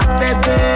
baby